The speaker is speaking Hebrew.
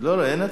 לא, אין הצבעה.